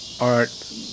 art